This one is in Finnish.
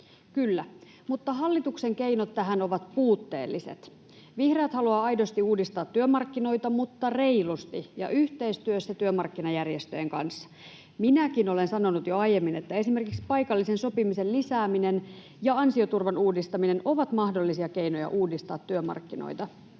kyllä, mutta hallituksen keinot tähän ovat puutteelliset. Vihreät haluavat aidosti uudistaa työmarkkinoita, mutta reilusti ja yhteistyössä työmarkkinajärjestöjen kanssa. Minäkin olen sanonut jo aiemmin, että esimerkiksi paikallisen sopimisen lisääminen ja ansioturvan uudistaminen ovat mahdollisia keinoja uudistaa työmarkkinoita,